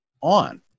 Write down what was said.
on